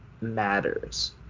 matters